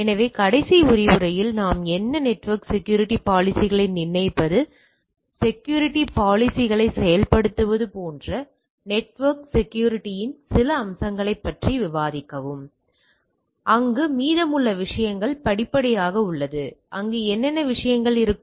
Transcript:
எனவே கடைசி விரிவுரையில் நாம் என்ன நெட்வொர்க் செக்யூரிட்டி பாலிசிகளை நிர்ணயிப்பது செக்யூரிட்டி பாலிசிகளை செயல்படுத்துவது போன்ற நெட்வொர்க் செக்யூரிட்டி இன் சில அம்சங்களைப் பற்றி விவாதிக்கவும் அங்கு மீதமுள்ள விஷயங்கள் படிப்படியாக உள்ளது அங்கு என்னென்ன விஷயங்கள் இருக்கும்